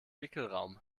wickelraum